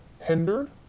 hindered